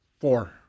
four